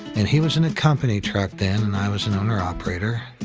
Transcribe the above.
and he was in a company truck then, and i was an owner-operator.